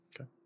Okay